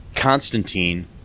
Constantine